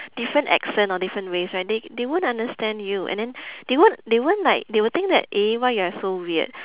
different accent or different ways right they they won't understand you and then they won't they won't like they will think eh why you are so weird